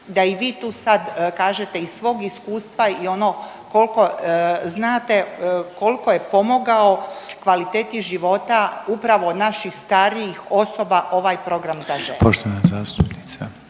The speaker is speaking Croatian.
da i vi tu sad kažete iz svog iskustva i ono koliko znate koliko je pomogao kvaliteti života upravo naših starijih osoba ovaj program Zaželi.